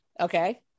Okay